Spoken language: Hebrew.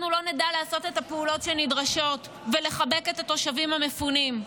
לא נדע לעשות את הפעולות שנדרשות ולחבק את התושבים המפונים.